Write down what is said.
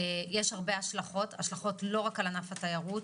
יש הרבה השלכות לא רק על ענף התיירות,